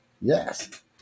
Yes